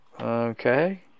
Okay